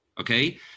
Okay